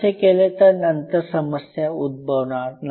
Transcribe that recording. असे केले तर नंतर समस्या उद्भवणार नाही